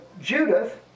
Judith